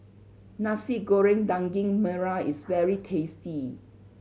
Nasi Goreng Daging Merah is very tasty